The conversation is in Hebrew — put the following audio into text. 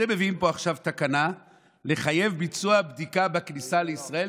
אתם מביאים פה עכשיו תקנה לחייב ביצוע בדיקה בכניסה לישראל,